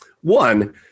One